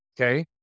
okay